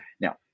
Now